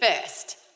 first